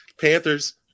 Panthers